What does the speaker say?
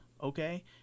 Okay